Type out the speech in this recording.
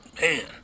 Man